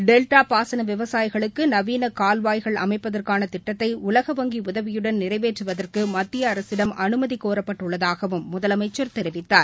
டெல்டாபாசனவிவசாயிகளுக்குநவீனகால்வாய்கள் அமைப்பதற்கானதிட்டத்தைஉலக வங்கிஉதவியுடன் நிறைவேற்றுவதற்குமத்தியஅரசிடம் அனுமதிகோரப்பட்டுள்ளதாகவும் முதலமச்சர் தெரிவித்தார்